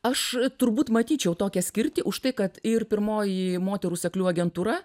aš turbūt matyčiau tokią skirtį už tai kad ir pirmoji moterų seklių agentūra